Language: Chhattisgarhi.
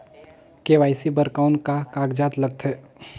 के.वाई.सी बर कौन का कागजात लगथे?